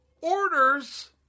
orders